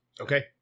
Okay